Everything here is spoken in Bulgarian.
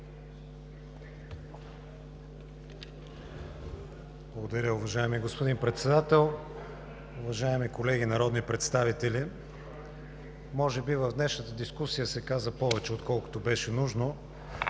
Благодаря, уважаеми господин Председател. Уважаеми колеги народни представители, може би в днешната дискусия се каза повече, отколкото беше нужно.